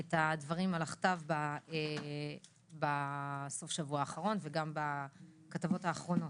את הדברים על כתב בסוף השבוע האחרון ובכלל בכתבותיה האחרונות.